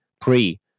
pre